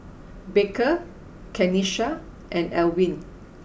Baker Kenisha and Alwine